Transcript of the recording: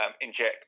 inject